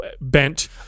bent